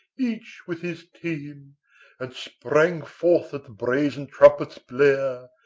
each with his team and sprang forth at the brazen trumpet's blare.